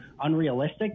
unrealistic